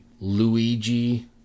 Luigi